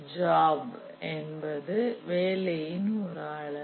job என்பது வேலையின் ஒரு அலகு